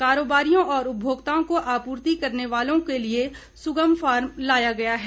कारोबारियों और उपभोक्ताओं को आपूर्ति करने वालों के लिये सुगम फार्म लाया गया है